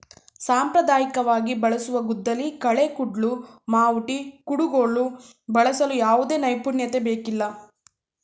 ಸಾಂಪ್ರದಾಯಿಕವಾಗಿ ಬಳಸುವ ಗುದ್ದಲಿ, ಕಳೆ ಕುಡ್ಲು, ಮಾವುಟಿ, ಕುಡುಗೋಲು ಬಳಸಲು ಯಾವುದೇ ನೈಪುಣ್ಯತೆ ಬೇಕಿಲ್ಲ